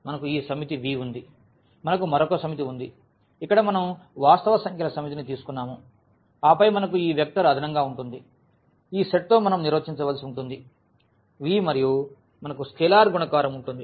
మనకు ఈ సమితి V ఉంది మనకు మరొక సమితి ఉంది ఇక్కడ మనం వాస్తవ సంఖ్యల సమితిని తీసుకున్నాము ఆపై మనకు ఈ వెక్టర్ అదనంగా ఉంటుంది ఈ సెట్ తో మనం నిర్వచించవలసి ఉంటుంది V మరియు మనకు స్కేలార్ గుణకారం ఉంటుంది